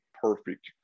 perfect